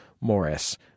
Morris